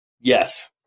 Yes